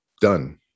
done